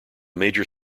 major